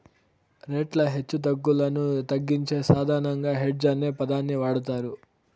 రేట్ల హెచ్చుతగ్గులను తగ్గించే సాధనంగా హెడ్జ్ అనే పదాన్ని వాడతారు